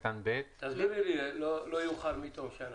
תסבירי את "לא יאוחר מתום שנה"